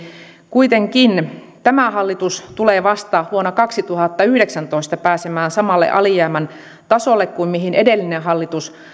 kuitenkin tämä hallitus tulee vasta vuonna kaksituhattayhdeksäntoista pääsemään samalle alijäämän tasolle kuin mihin edellinen hallitus